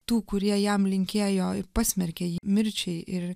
tų kurie jam linkėjo ir pasmerkė mirčiai ir